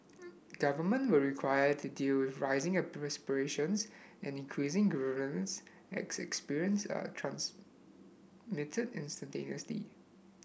government will require to deal with rising aspirations and increased grievance as experience are transmitted instantaneously